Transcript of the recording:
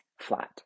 flat